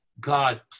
God